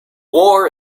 war